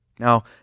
Now